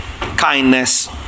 kindness